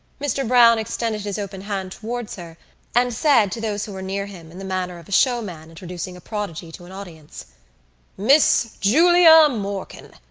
mr. browne extended his open hand towards her and said to those who were near him in the manner of a showman introducing a prodigy to an audience miss julia morkan,